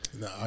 No